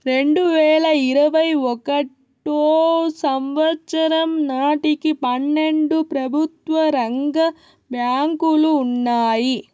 రెండువేల ఇరవై ఒకటో సంవచ్చరం నాటికి పన్నెండు ప్రభుత్వ రంగ బ్యాంకులు ఉన్నాయి